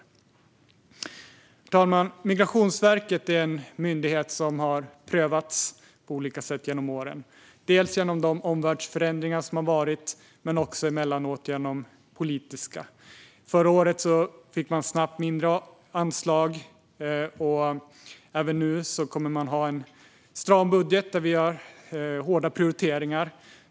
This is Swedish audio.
Herr talman! Migrationsverket är en myndighet som har prövats på olika sätt genom åren, dels genom omvärldsförändringar, dels genom politiska beslut. Förra året fick man mindre anslag, och även nu är budgeten stram med hårda prioriteringar.